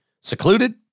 secluded